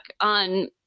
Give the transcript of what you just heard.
on